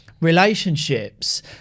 relationships